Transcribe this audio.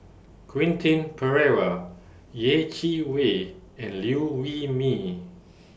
Quentin Pereira Yeh Chi Wei and Liew Wee Mee